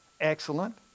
excellent